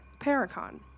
Paracon